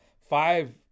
five